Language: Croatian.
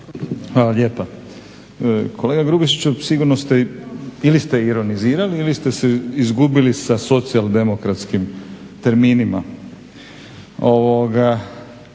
Hvala lijepa. Kolega Grubišiću sigurno ste ili ste ironizirali ili ste se izgubili sa socijaldemokratskim terminima.